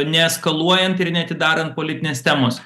neeskaluojant ir neatidarant politinės temos